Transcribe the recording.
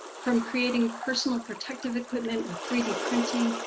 from creating personal protective equipment with three d printing,